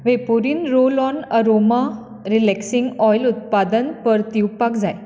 Vaporin roll on aroma relaxing oil उत्पादन परतीवपाक जाय